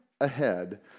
ahead